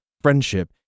friendship